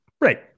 right